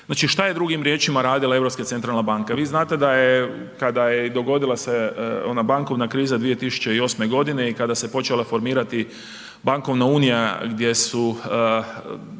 Znači, šta je drugim riječima radila Europska centralna banka? Vi znate da je, kada je i dogodila se ona bankovna kriza 2008.g. i kada se počela formirati bankovna unija gdje su,